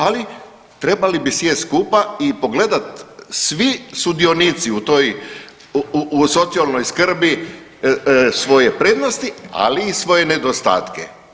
Ali trebali bi sjest skupa i pogledati svi sudionici u toj socijalnoj skrbi svoje prednosti, ali i svoje nedostatke.